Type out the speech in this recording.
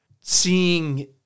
seeing